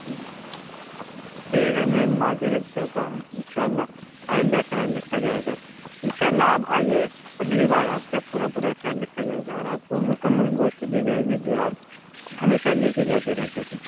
اب ٹھیک ہے میں معذرت کرتا ہوں ان شاء اللہ آئندہ خیال رکھا جائے گا ان شاء اللہ اب آئیے اگلی بار آپ کا پورا پورا خیال رکھا جائے گا اور آپ کو مکمل گوشت دی جائے گی جو آپ ہمیشہ لے کے جاتے رہتے تھے